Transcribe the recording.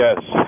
yes